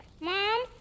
Mom